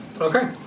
Okay